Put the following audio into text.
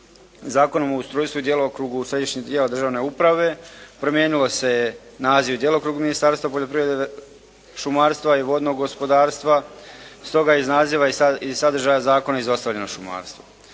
Zakonom o ustrojstvu i djelokrugu Središnjih tijela državne uprave promijenilo se je naziv djelokrug Ministarstva poljoprivrede, šumarstva i vodnog gospodarstva stoga je iz naziva i sadržaja zakona izostavljeno šumarstvo.